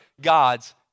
God's